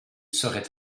serait